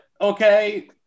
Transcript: okay